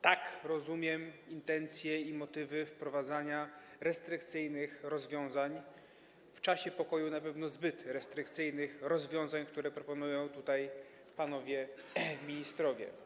Tak rozumiem intencje i motywy wprowadzania restrykcyjnych rozwiązań, w czasie pokoju na pewno zbyt restrykcyjnych rozwiązań, które proponują tutaj panowie ministrowie.